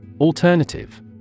Alternative